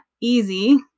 easy